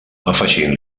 afegint